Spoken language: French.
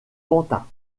pantin